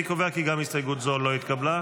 אני קובע כי גם הסתייגות זו לא התקבלה.